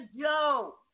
Joe